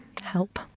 help